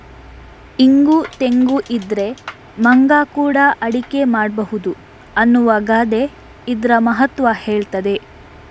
ಇಂಗು ತೆಂಗು ಇದ್ರೆ ಮಂಗ ಕೂಡಾ ಅಡಿಗೆ ಮಾಡ್ಬಹುದು ಅನ್ನುವ ಗಾದೆ ಇದ್ರ ಮಹತ್ವ ಹೇಳ್ತದೆ